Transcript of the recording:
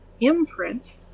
imprint